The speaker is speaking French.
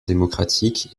démocratiques